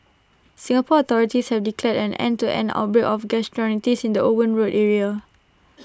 Singapore authorities have declared an end to an outbreak of gastroenteritis in the Owen road area